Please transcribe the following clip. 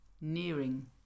nearing